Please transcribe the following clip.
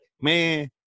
man